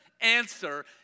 answer